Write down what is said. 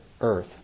earth